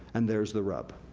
and there's the rub.